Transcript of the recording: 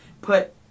put